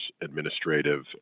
administrative